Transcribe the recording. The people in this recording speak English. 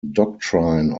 doctrine